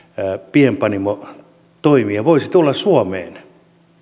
pienpanimotoimija voisi tulla suomeen